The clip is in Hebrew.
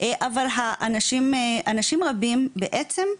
אבל אנשים רבים בעצם,